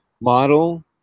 model